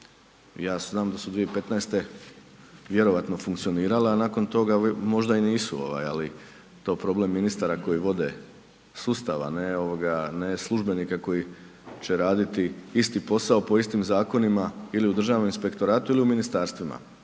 Ja znam da su 2015. vjerovatno funkcionirale a nakon toga možda i nisu ali to je problem ministara koji vode sustava a ne službenika koji će raditi isti posao po istim zakonima ili u Državnom inspektoratu ili u ministarstvima,